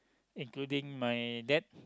including my dad